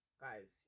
Guys